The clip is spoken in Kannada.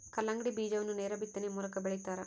ಕಲ್ಲಂಗಡಿ ಬೀಜವನ್ನು ನೇರ ಬಿತ್ತನೆಯ ಮೂಲಕ ಬೆಳಿತಾರ